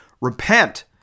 repent